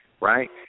right